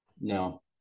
No